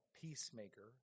peacemaker